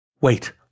Wait